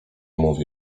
mówi